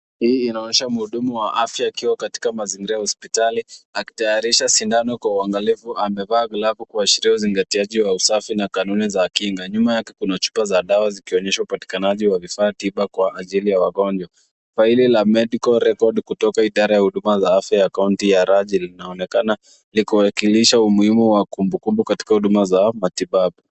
Hii inaonyesha muhudumu wa afya akiwa katika mzingira ya hosipitali, akitayarisha sindano kwa uangalifu, amevalia glavu kuashiria uzingatiaji wa usafi na kanuni za kinga, nyuma yake kuna chupa za dawa zikionyesha upatikanaji wa vifa tipa kwa ajili ya wagonjwa. Faili la medical record kutoka idara ya huduma za afya ya kaunti ya Rajil, naonekana likiwakilisha umuhimu wa kumbukumbu katika huduma za matibabu.